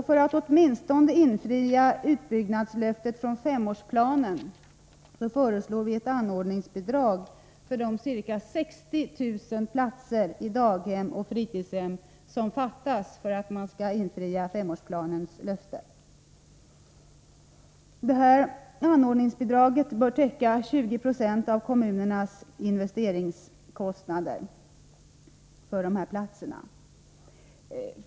För att man åtminstone skall infria utbyggnadslöftet från femårsplanen föreslår vi ett anordningsbidrag för de ca 60 000 platser i daghem och fritidshem som fattas för att de löftena skall vara infriade. Anordningsbidraget bör täcka 20 96 av kommunernas investeringskostnader för dessa platser.